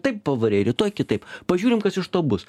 taip pavarei rytoj kitaip pažiūrim kas iš to bus